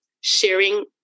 sharing